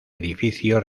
edificio